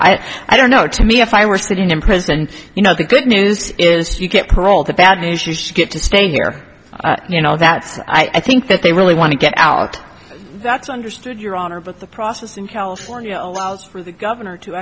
mean i don't know to me if i were sitting in prison you know the good news is you get parole the bad news you get to stay here you know that's i think that they really want to get out that's understood your honor but the process in california allows for the governor to